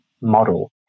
model